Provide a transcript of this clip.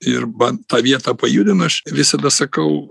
ir man tą vietą pajudina aš visada sakau